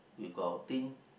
we go outing